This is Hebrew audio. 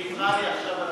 היא ויתרה לי עכשיו על,